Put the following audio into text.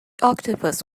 octopus